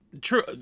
true